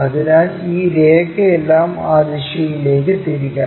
അതിനാൽ ഈ രേഖയെല്ലാം ആ ദിശയിലേക്ക് തിരിക്കണം